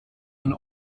ein